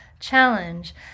challenge